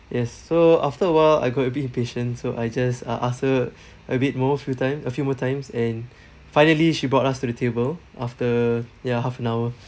yes so after awhile I got a bit impatient so I just uh asked her a bit more few time a few more times and finally she brought us to the table after ya half an hour